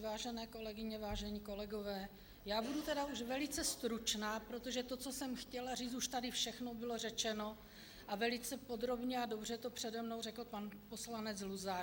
Vážené kolegyně, vážení kolegové, já budu tedy už velice stručná, protože to, co jsem chtěla říct, už tady všechno bylo řečeno a velice podrobně a dobře to přede mnou řekl pan poslanec Luzar.